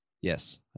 Yes